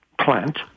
plant